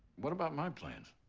what about my plans?